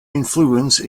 influence